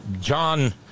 John